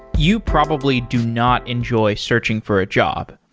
you probably do not enjoy searching for a job.